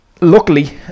Luckily